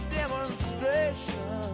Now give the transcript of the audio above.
demonstration